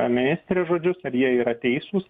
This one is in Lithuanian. ministrės žodžius ar jie yra teisūs